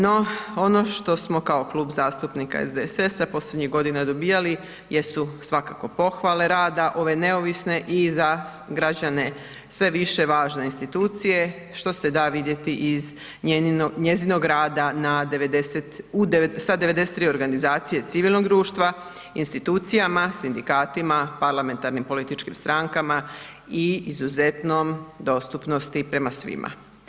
No ono što smo kao Klub zastupnika SDSS-a posljednjih godina dobivali jesu svakako pohvale rada ove neovisne i za građane sve više važne institucije što se da vidjeti iz njezinog rada na sa 93 organizacije civilnog društva, institucijama, sindikatima, parlamentarnim političkim strankama i izuzetnoj dostupnosti prema svima.